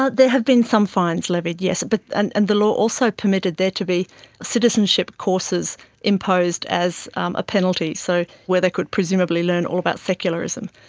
ah have been some fines levied, yes, but and and the law also permitted there to be citizenship courses imposed as a penalty, so where they could presumably learn all about secularism,